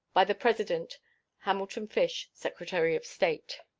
by the president hamilton fish, secretary of state.